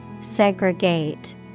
Segregate